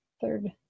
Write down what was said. third